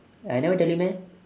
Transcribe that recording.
I never tell you meh